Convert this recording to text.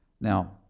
Now